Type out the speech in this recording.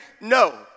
No